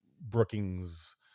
Brookings